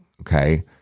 Okay